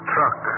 Truck